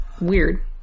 weird